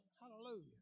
Hallelujah